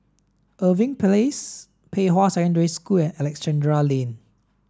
Irving Place Pei Hwa Secondary School and Alexandra Lane